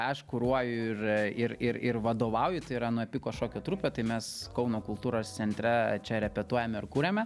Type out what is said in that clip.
aš kuruoju ir ir ir vadovauju tai yra nuepiko šokio trupė tai mes kauno kultūros centre čia repetuojam ir kuriame